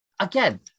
again